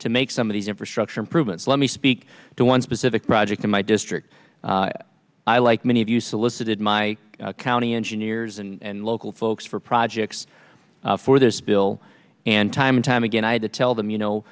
to make some of these infrastructure improvements let me speak to one specific project in my district i like many of you solicited my county engineers and local folks for projects for this bill and time and time again i had to tell them you know